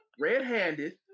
red-handed